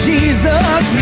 Jesus